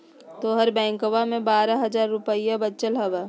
तोहर बैंकवा मे बारह हज़ार रूपयवा वचल हवब